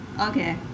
Okay